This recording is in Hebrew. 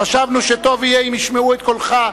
חשבנו שטוב יהיה אם ישמעו את קולך הטבעי.